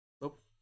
Nope